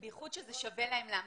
במיוחד ששווה להם להמתין.